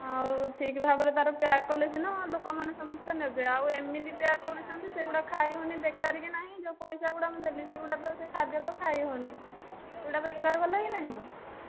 ଆଉ ଠିକ ଭାବରେ ତା'ର ପ୍ୟାକ୍ କଲେ ସିନା ଲୋକମାନେ ସମସ୍ତେ ନେବେ ଆଉ ଏମିତି ପ୍ୟାକ୍ କରୁଛନ୍ତି ସେହିଗୁଡ଼ାକ ଖାଇ ହେଉନି ବେକାର କି ନାହିଁ ଯେଉଁ ପଇସା ଗୁଡ଼ା ମୁଁ ଦେଲି ସେହିଗୁଡ଼ା ତ ସେ ଖାଦ୍ୟ ତ ଖାଇ ହେଉନି ସେହିଗୁଡ଼ା ବେକାର ଗଲା କି ନାହିଁ